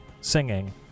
singing